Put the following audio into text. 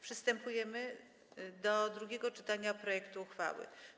Przystępujemy do drugiego czytania projektu uchwały.